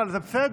אבל זה בסדר,